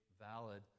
valid